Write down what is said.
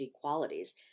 qualities